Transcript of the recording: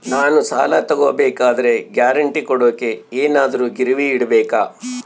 ನಾನು ಸಾಲ ತಗೋಬೇಕಾದರೆ ಗ್ಯಾರಂಟಿ ಕೊಡೋಕೆ ಏನಾದ್ರೂ ಗಿರಿವಿ ಇಡಬೇಕಾ?